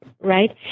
right